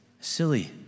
silly